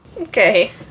Okay